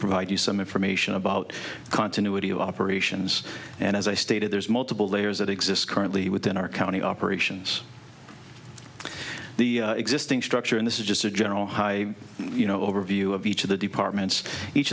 provide you some information about continuity of operations and as i stated there's multiple layers that exist currently within our county operations the existing structure and this is just a general high you know overview of each of the departments each